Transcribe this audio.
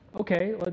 okay